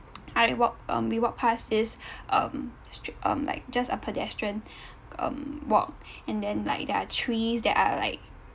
I walk um we walk past this um this street um like just a pedestrian um walk and then like there are trees that are like